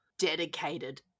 dedicated